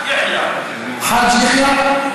חאג' יחיא.